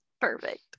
Perfect